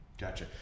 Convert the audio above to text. Gotcha